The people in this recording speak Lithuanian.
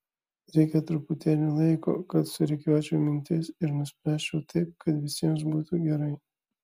reikia truputėlio laiko kad surikiuočiau mintis ir nuspręsčiau taip kad visiems būtų gerai